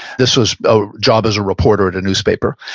this was a job as a reporter at a newspaper,